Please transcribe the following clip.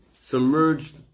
submerged